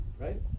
right